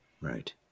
Right